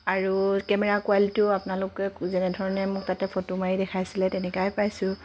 আৰু কেমেৰা কোৱালিটিও আপোনালোকে যেনে ধৰণে মোক তাতে ফটো মাৰি দেখাইছিলে তেনেকুৱাই পাইছোঁ